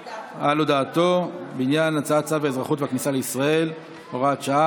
הודעתו בעניין צו האזרחות והכניסה לישראל (הוראת שעה)